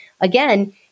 again